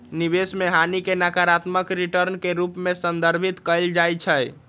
निवेश में हानि के नकारात्मक रिटर्न के रूप में संदर्भित कएल जाइ छइ